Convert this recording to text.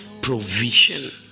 provision